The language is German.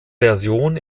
version